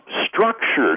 structured